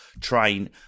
train